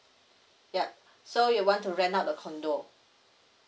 yup so you want to rent out the condo